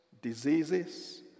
Diseases